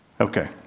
Okay